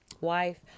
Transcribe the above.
wife